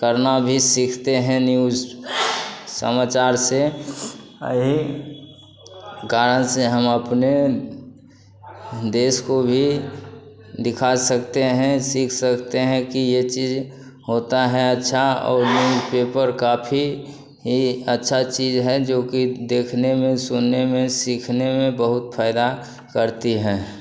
करना भी सीखते हैं न्यूज़ समाचार से और यही कारण से हम अपने देश को भी दिखा सकते हैं सीख सकते हैं कि यह चीज़ होती है अच्छा और न्यूजपेपर काफ़ी ही अच्छा चीज़ है जो कि देखने में सुनने में सीखने को बहुत फ़ायदा करती है